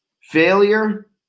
failure